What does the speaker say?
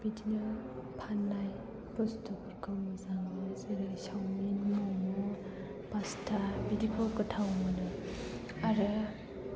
बिदिनो फाननाय बुस्थुफोरखौ मोजां मोनो जेरै सावमिन मम' पास्ता बिदिखौ गोथाव मोनो आरो